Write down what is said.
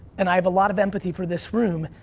and i have a lot of empathy for this room,